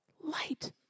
Light